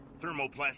Thermoplastic